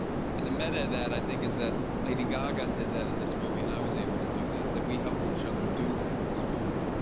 and the meta in that i think is that lady gaga did that in this movie, and i was able to do that that we helped each other do that in this movie.